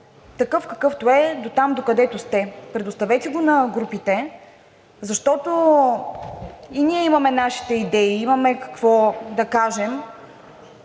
такъв, какъвто е, дотам, докъдето сте. Предоставете го на групите, защото и ние имаме нашите идеи, имаме какво да кажем.